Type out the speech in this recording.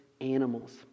animals